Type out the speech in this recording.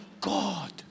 God